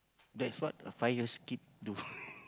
that's what a five years old kid do